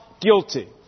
guilty